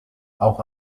auch